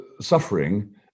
suffering